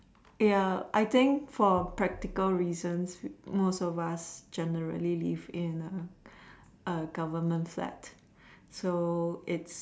ya I think for practical reasons most of us generally live in the government flat so its